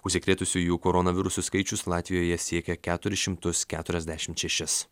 užsikrėtusiųjų koronavirusu skaičius latvijoje siekia keturis šimtus keturiasdešimt šešis